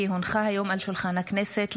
כי הונחה היום על שולחן הכנסת,